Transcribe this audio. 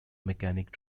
mechanic